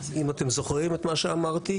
אם אתם זוכרים את מה שאמרתי.